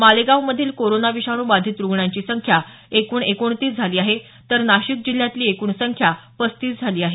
मालेगाव मधील कोरोना विषाणू बाधित रुग्णांची एकूण संख्या आता एकोणतीस झाली आहे तर नाशिक जिल्ह्यातील रुग्णांची एकूण संख्या पस्तीस झाली आहे